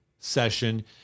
session